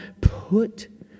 put